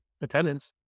attendance